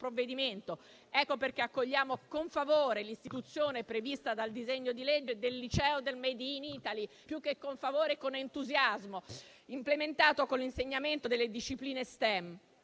provvedimento. Ecco perché accogliamo con favore l'istituzione, prevista dal disegno di legge, del liceo del *made in Italy*, implementato con l'insegnamento delle discipline STEM: